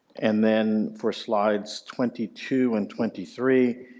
and then for slides twenty two and twenty three,